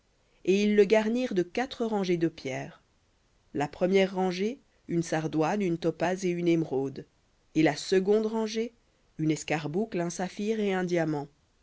et tu le garniras de pierres enchâssées de quatre rangées de pierres la première rangée une sardoine une topaze et une émeraude et la seconde rangée une escarboucle un saphir et un diamant